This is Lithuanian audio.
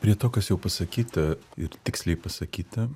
prie to kas jau pasakyta ir tiksliai pasakyta